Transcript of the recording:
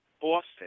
Boston